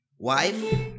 Wife